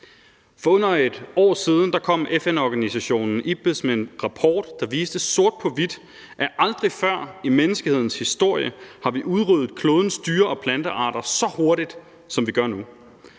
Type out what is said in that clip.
For under et år siden kom FN-organisationen Ipbes med en rapport, der viste sort på hvidt, at aldrig før i menneskehedens historie har vi udryddet klodens dyre- og plantearter så hurtigt, som vi gør nu.